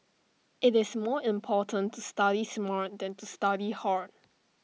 IT is more important to study smart than to study hard